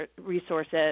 resources